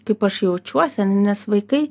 kaip aš jaučiuosi nes vaikai